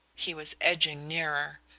he was edging nearer.